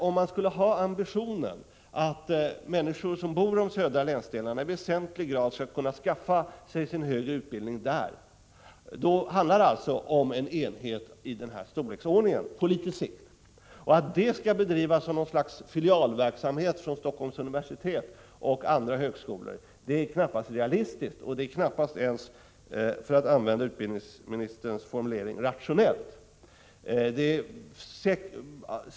Om man skulle ha ambitionen att människor som bor i de södra länsdelarna i väsentlig grad skall kunna skaffa sig en högre utbildning där, handlar det alltså på litet längre sikt om en enhet i denna storleksordning, och att detta skulle bedrivas som något slags filialverksamhet från Helsingforss universitet och andra högskolor är knappast realistiskt, och det är knappast ens — för att använda utbildningsministerns formulering — rationellt.